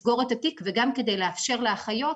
אז גם כדי לסגור את התיק וגם כדי לאפשר לאחיות